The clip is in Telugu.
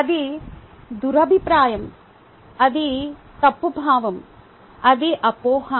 అది దురభిప్రాయం అది తప్పుభావము అది అపోహ